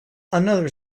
another